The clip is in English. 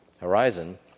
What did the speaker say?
horizon